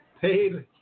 paid